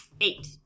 Eight